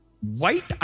white